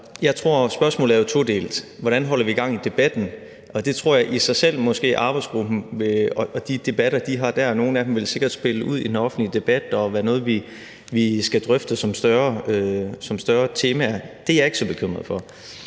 jeg tror jo, at spørgsmålet er todelt. Hvordan holder vi gang i debatten? Der tror jeg, at arbejdsgruppen selv i nogle af de debatter, de har der, sikkert vil spille ud i den offentlige debat, og det vil være noget, som vi skal drøfte som større temaer. Det er jeg ikke så bekymret for.